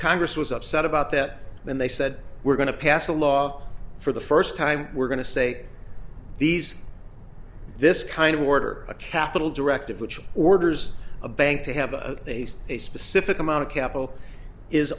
congress was upset about that and they said we're going to pass a law for the first time we're going to say these this kind of order a capital directive which orders a bank to have a face a specific amount of capital is